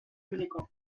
ibiliko